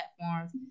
platforms